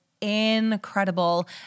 incredible